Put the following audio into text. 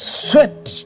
sweat